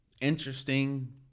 interesting